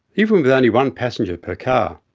even with only one passenger per car.